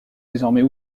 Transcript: désormais